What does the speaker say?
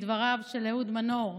מדבריו של אהוד מנור: